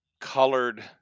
colored